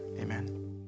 Amen